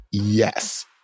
Yes